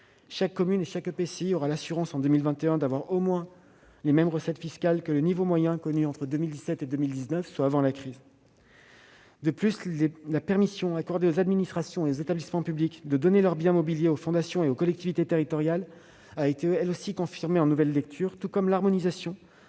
intercommunale (EPCI) auront l'assurance d'avoir, en 2021, au moins les mêmes recettes fiscales que le niveau moyen connu atteint entre 2017 et 2019, soit avant la crise sanitaire. De plus, la permission accordée aux administrations et aux établissements publics de donner leurs biens mobiliers aux fondations et aux collectivités territoriales a été confirmée en nouvelle lecture, tout comme l'harmonisation